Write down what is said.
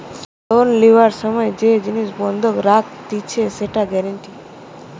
loan লিবার সময় যে জিনিস বন্ধক রাখতিছে সেটা গ্যারান্টি